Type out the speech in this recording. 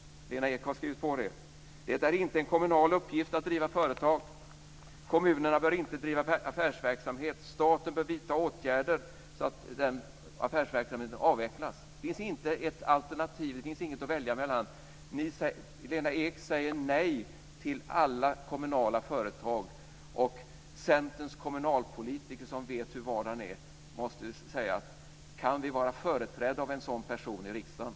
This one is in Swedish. Lena Ek har skrivit under det. "Det är inte heller en kommunal uppgift att driva företag." "Kommunerna bör inte bedriva affärsverksamhet." "Staten bör därför vidta åtgärder", så att den affärsverksamheten avvecklas. Det finns inte ett alternativ. Det finns inget att välja mellan. Lena Ek säger nej till alla kommunala företag. Centerns kommunalpolitiker, som vet hur vardagen är, måste säga: Kan vi vara företrädda av en sådan person i riksdagen?